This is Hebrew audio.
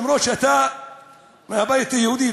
אומנם אתה מהבית היהודי,